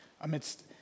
amidst